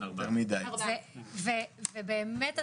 ובאמת,